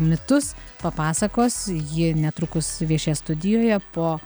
mitus papasakos ji netrukus viešės studijoje po